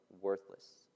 worthless